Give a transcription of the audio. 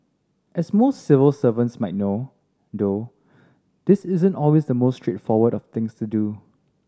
as most civil servants might know though this isn't always the most straightforward of things to do